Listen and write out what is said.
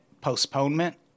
postponement